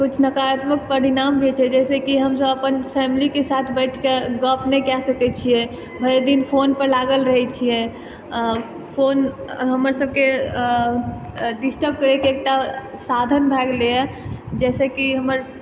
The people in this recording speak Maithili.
कुछ नाकारात्मक परिणाम भी होइ छै जाहिसँ कि हमसब अपन फैमिलीके साथ बैठ कऽ गप नहि कए सकै छियै भरि दिन फोनपर लागल रहै छियै फोन हमर सबके डिस्टर्ब करैके एकटा साधन भए गेलैए जाहिसँ कि हमर